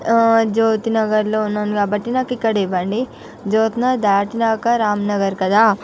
జ్యోతి నగర్లో ఉన్నాను కాబట్టి నాకు ఇక్కడ ఇవ్వండి జ్యోతి నగర్ దాటినాక రామ్ నగర్ కదా